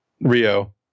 Rio